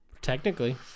technically